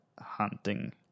hunting